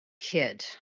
kid